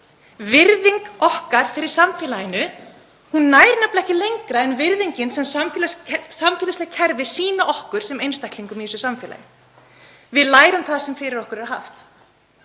Virðing okkar fyrir samfélaginu nær nefnilega ekki lengra en virðingin sem samfélagsleg kerfi sýna okkur sem einstaklingum í samfélaginu. Við lærum það sem fyrir okkur er haft.